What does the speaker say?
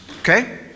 Okay